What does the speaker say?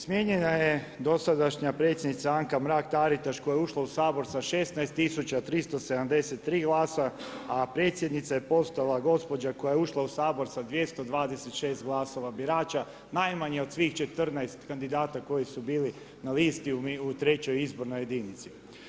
Smijenjena je dosadašnja predsjednica Anka Mrak-Taritaš koja je ušla u Sabor sa 16 tisuća 373 glasa a predsjednica je postala gospođa koja je ušla u Sabor sa 226 glasova birača najmanje od svih 14 kandidata koji su bili na listi u 3.-oj izbornoj jedinici.